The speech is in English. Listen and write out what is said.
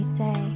say